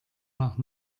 nach